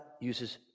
uses